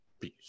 peace